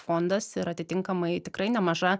fondas ir atitinkamai tikrai nemaža